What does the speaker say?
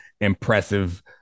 impressive